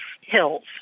hills